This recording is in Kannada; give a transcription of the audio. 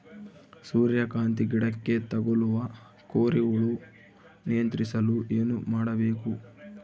ಸೂರ್ಯಕಾಂತಿ ಗಿಡಕ್ಕೆ ತಗುಲುವ ಕೋರಿ ಹುಳು ನಿಯಂತ್ರಿಸಲು ಏನು ಮಾಡಬೇಕು?